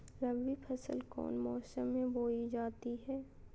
रबी फसल कौन मौसम में बोई जाती है?